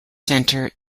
centre